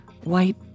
White